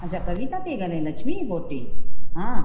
अच्छा कविता थी ॻाल्हाइ लक्ष्मी जी पोटी हा